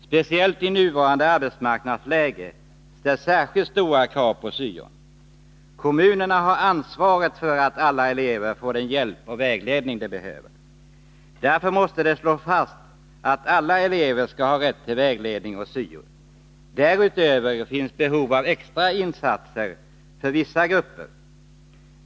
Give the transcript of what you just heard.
Speciellt i nuvarande arbetsmarknadsläge ställs särskilt stora krav på syon. Kommunerna har ansvaret för att alla elever får den hjälp och vägledning de behöver. Därför måste det slås fast att alla elever skall ha rätt till vägledning och syo. Därutöver finns behov av extra insatser för vissa grupper.